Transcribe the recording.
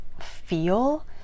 feel